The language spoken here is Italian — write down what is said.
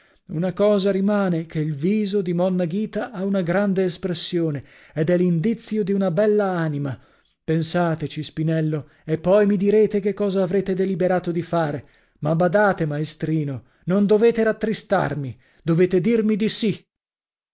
una cosa rimane che il viso di monna ghita ha una grande espressione ed è l'indizio di una bell'anima pensateci spinello e poi mi direte che cosa avrete deliberato di fare ma badate maestrino non dovete rattristarmi dovete dirmi di sì